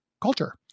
culture